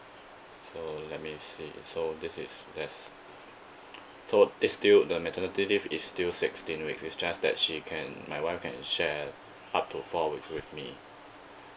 so let me see so this is there's so it's still the maternity leave is still sixteen weeks it's just that she can my wife can share up to four weeks with me